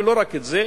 ולא רק את זה,